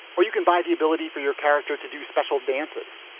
or you can buy the ability for your character to do special dances.